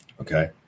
Okay